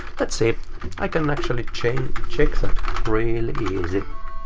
let's see. i can actually check check that really easy